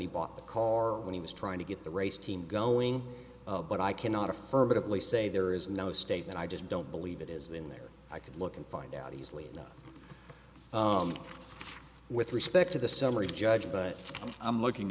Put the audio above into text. he bought the car when he was trying to get the race team going but i cannot affirmatively say there is no statement i just don't believe it is in there i could look and find out easily enough with respect to the summary judge but i'm looking